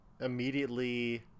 immediately